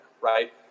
right